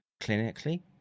clinically